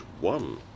one